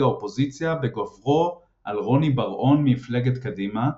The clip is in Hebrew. האופוזיציה בגברו על רוני בר-און ממפלגת קדימה,